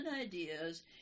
ideas